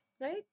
right